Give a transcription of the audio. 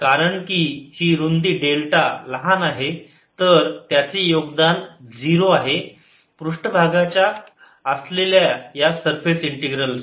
कारण की ही रुंदी डेल्टा लहान आहे तर त्याचे योगदान 0 आहे पृष्ठभागा च्या असलेल्या या सरफेस इंटीग्रल ला